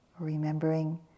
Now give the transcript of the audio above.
remembering